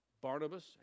Barnabas